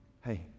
Hey